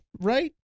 right